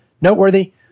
noteworthy